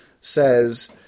says